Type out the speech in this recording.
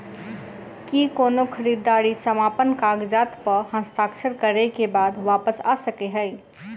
की कोनो खरीददारी समापन कागजात प हस्ताक्षर करे केँ बाद वापस आ सकै है?